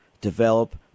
develop